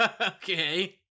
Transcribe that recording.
okay